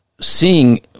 seeing